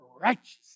righteous